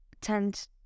tend